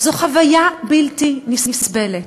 זו חוויה בלתי נסבלת.